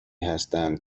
هستند